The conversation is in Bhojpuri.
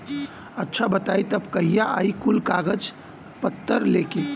अच्छा बताई तब कहिया आई कुल कागज पतर लेके?